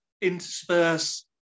intersperse